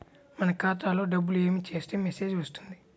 మన ఖాతాలో డబ్బులు ఏమి చేస్తే మెసేజ్ వస్తుంది?